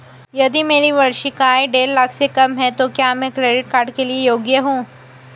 यदि मेरी वार्षिक आय देढ़ लाख से कम है तो क्या मैं क्रेडिट कार्ड के लिए योग्य हूँ?